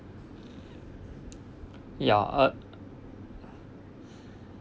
ya ugh